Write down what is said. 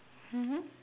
mmhmm